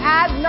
add